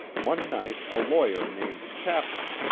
one night a lawyer named chapman,